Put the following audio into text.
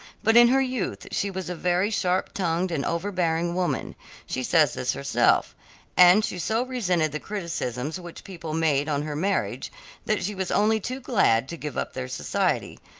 but in her youth she was a very sharped tongued and overbearing woman she says this herself and she so resented the criticisms which people made on her marriage that she was only too glad to give up their society,